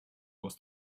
aus